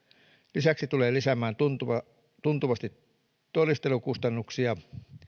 lisäksi se tulee lisäämään tuntuvasti todistelukustannuksia